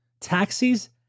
taxis